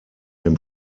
dem